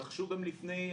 רכשו גם לפני,